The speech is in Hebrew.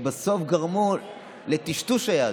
שבסוף גרמו לטשטוש היהדות.